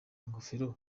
ingofero